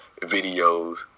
videos